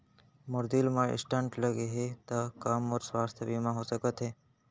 मोर दिल मा स्टन्ट लगे हे ता का मोर स्वास्थ बीमा हो सकत हे?